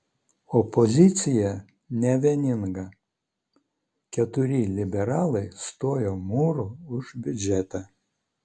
opozicija nevieninga keturi liberalai stojo mūru už biudžetą